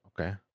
okay